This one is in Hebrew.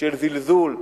של זלזול.